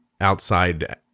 outside